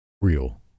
real